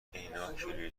ایناکیلویی